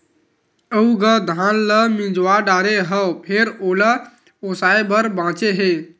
अउ गा धान ल मिजवा डारे हव फेर ओला ओसाय बर बाचे हे